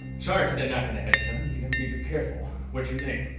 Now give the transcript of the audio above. sorry for that knock on the head son, you can never be too careful. what's your name?